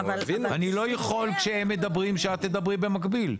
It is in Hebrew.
אני לא יכול כשהם מדברים שאת תדברי במקביל.